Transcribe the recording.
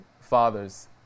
fathers